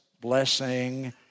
blessing